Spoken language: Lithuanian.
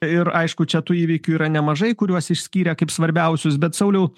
ir aišku čia tų įvykių yra nemažai kuriuos išskyrė kaip svarbiausius bet sauliau